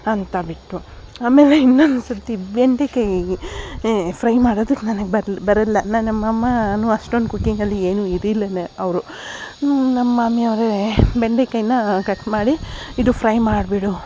ಅಂತ ಬಿಟ್ಟು ಆಮೇಲೆ ಇನ್ನೊಂದು ಸತಿ ಬೆಂದಿಕಾಯಿ ಫ್ರೈ ಮಾಡದಕ್ಕೆ ನನಗೆ ಬರ್ಲ್ ಬರಲ್ಲ ನಾನು ನಮ್ಮಮ್ಮಾನು ಅಷ್ಟೊಂದು ಕುಕಿಂಗಲ್ಲಿ ಏನು ಇದಿಲ್ಲಿಲ್ಲ ಅವರು ನಮ್ಮ ಮಾಮಿ ಅವರೇ ಬೆಂಡೆಕಾಯನ್ನ ಕಟ್ ಮಾಡಿ ಇದು ಫ್ರೈ ಮಾಡಿಬಿಡು